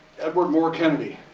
edward moore kennedy,